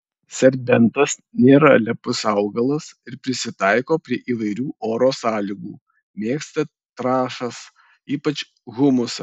serbentas nėra lepus augalas ir prisitaiko prie įvairių oro sąlygų mėgsta trąšas ypač humusą